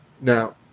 now